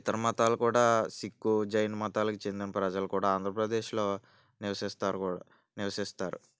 ఇతర మతాలు కూడా సిక్కు జైన్ మతాలకు చెందిన ప్రజలు కూడా ఆంధ్రప్రదేశ్లో నివసిస్తారు కూడా నివసిస్తారు